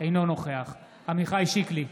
אינו נוכח עמיחי שיקלי,